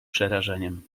przerażeniem